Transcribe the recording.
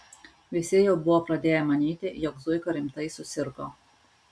visi jau buvo pradėję manyti jog zuika rimtai susirgo